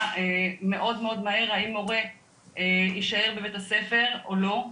מאוד מהר האם מורה יישאר בבית הספר או לא.